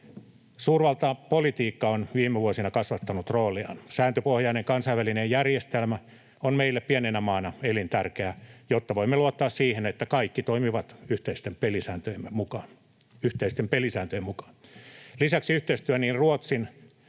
Suurvaltapolitiikka on viime vuosina kasvattanut rooliaan. Sääntöpohjainen kansainvälinen järjestelmä on meille pienenä maana elintärkeä, jotta voimme luottaa siihen, että kaikki toimivat yhteisten pelisääntöjen mukaan. Lisäksi yhteistyö niin Ruotsin,